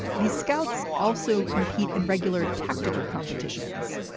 the scouts also compete in regular tactical competitions.